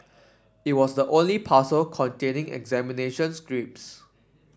it was the only parcel containing examination scripts